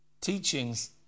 teachings